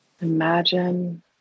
imagine